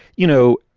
you know,